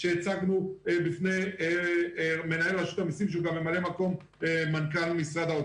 שימו מנעול ובריח על מי שלא